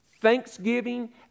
thanksgiving